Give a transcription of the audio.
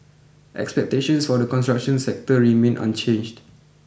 expectations for the construction sector remain unchanged